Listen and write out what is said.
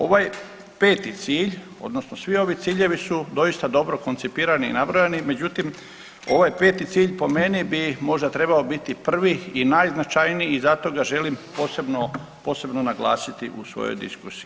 Ovaj peti cilj odnosno svi ovi ciljevi su doista dobro koncipirani i nabrojani, međutim ovaj peti cilj po meni bi možda trebao biti prvi i najznačajniji i zato ga želim posebno naglasiti u svojoj diskusiji.